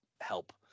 Help